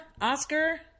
Oscar